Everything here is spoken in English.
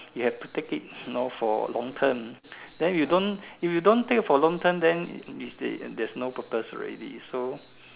you have to take it know for long term then if you don't if you don't take it for long term then you there's no purpose already so